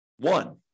One